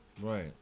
Right